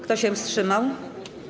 Kto się wstrzymał?